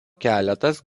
keletas